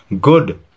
good